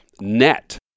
net